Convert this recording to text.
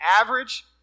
average